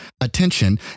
attention